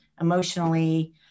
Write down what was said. emotionally